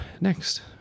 next